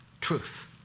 truth